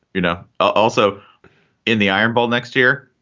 you know, also in the iron bowl next year,